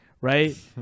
Right